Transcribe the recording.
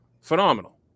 phenomenal